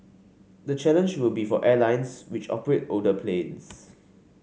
the challenge will be for airlines which operate older planes